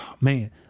man